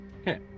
Okay